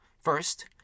First